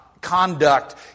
conduct